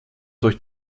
durch